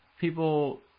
people